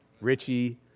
Richie